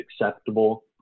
acceptable